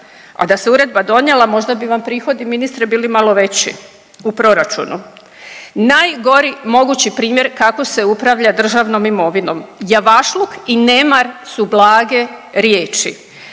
a da se uredba donijela možda bi vam prihodi ministre bili malo veći u proračunu. Najgori mogući primjer kako se upravlja državnom imovinom. Javašluk i nemar su blage riječi.